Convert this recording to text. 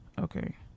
Okay